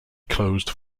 closed